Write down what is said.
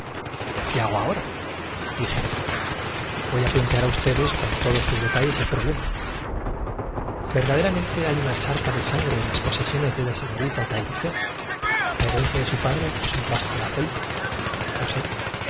qué hago ahora dije voy a plantear a ustedes con todos sus biblioteca nacional de españa biblioteca nacional de españa detalles el problema verdaderamente hay una charca de sangre grandes batallas j en las posesiones de la señorita talllefer la herencia de su padre es un vasto hacelma lo sé